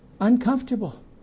Uncomfortable